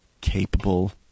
capable